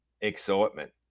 excitement